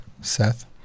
Seth